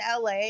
LA